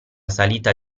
salita